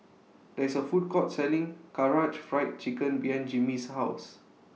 There IS A Food Court Selling Karaage Fried Chicken behind Jimmy's House